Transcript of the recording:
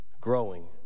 growing